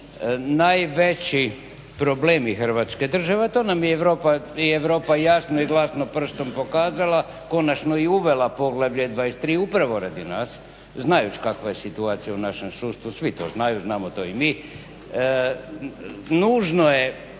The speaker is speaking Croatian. Najveći problemi Hrvatske države, to nam je i Europa jasno i glasno prstom pokazala, konačni i uvela poglavlje 23 upravo radi nas znajući kakva je situacija u našem sudstvu, svi to znaju, znamo to i mi, nužno je